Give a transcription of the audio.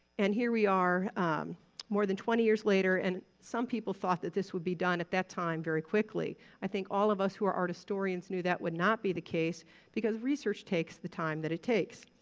and here we are more than twenty years later and some people thought that this would be done at that time very quickly. i think all of us who are art historians knew that would not be the case because research takes the time that it takes.